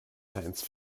science